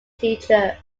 teacher